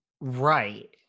Right